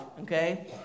okay